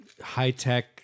high-tech